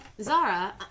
Zara